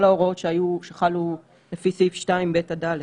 כל ההוראות שחלו לפי סעיף 2ב עד ד,